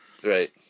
Right